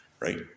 right